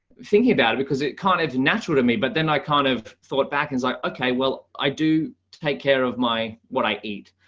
thinking about it because it kind of natural to me. but then i kind of thought back and like okay, well i do take care of my what i eat,